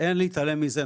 שאין להתעלם מזה.